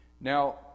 Now